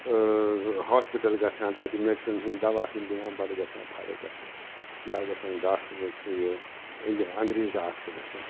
hospital گَژھان تَتہِ medicine ہُنٛد دَوا ہُنٛد دِوان بَڑٕ گَژھان فرق گَژھان یا گژھان ڈاکٹرس انگ انٛگریٖز ڈاکٹرسَن